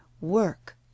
work